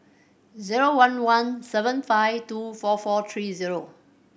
zero one one seven five two four four three zero